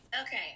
Okay